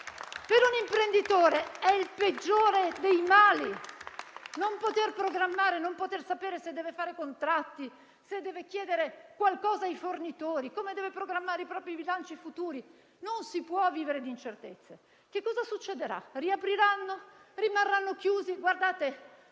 per un imprenditore è il peggiore dei mali. Non poter programmare, non poter sapere se deve fare contratti, se deve chiedere qualcosa ai fornitori, come programmare i propri bilanci futuri; non si può vivere di incertezze. Che cosa succederà? Riapriranno? Rimarranno chiusi? Guardate,